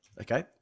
Okay